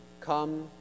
come